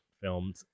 filmed